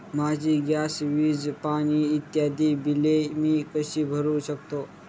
माझी गॅस, वीज, पाणी इत्यादि बिले मी कशी भरु शकतो?